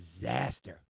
disaster